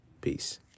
Peace